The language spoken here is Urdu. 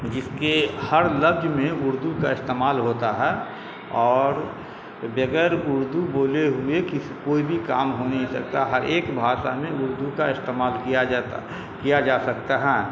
جس کے ہر لفظ میں اردو کا استعمال ہوتا ہے اور بغیر اردو بولے ہوئے کسی کوئی بھی کام ہو نہیں سکتا ہر ایک بھاشا میں اردو کا استعمال کیا جاتا کیا جا سکتا ہے